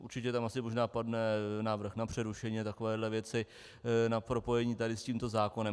Určitě tam asi možná padne návrh na přerušení a takové věci, na propojení s tímto zákonem.